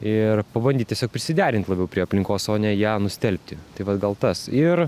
ir pabandyt tiesiog prisiderint labiau prie aplinkos o ne ją nustelbti tai vat gal tas ir